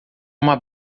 uma